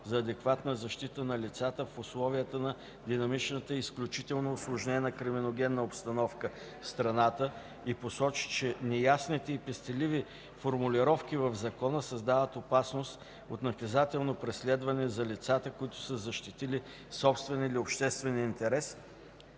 за адекватна защита на лицата в условията на динамичната и изключително усложнена криминогенна обстановка в страната и посочи, че неясните и пестеливи формулировки в Закона създават опасност от наказателно преследване за лицата, които са защитили собствен или обществен интерес,